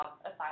Aside